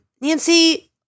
Nancy